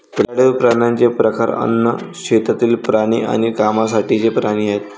पाळीव प्राण्यांचे प्रकार अन्न, शेतातील प्राणी आणि कामासाठीचे प्राणी आहेत